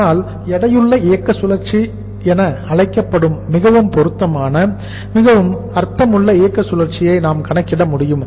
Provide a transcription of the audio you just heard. இதனால் எடையுள்ள இயக்க சுழற்சி என அழைக்கப்படும் மிகவும் பொருத்தமான மிகவும் அர்த்தமுள்ள இயக்க சுழற்சியை நாம் கணக்கிட முடியும்